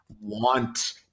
want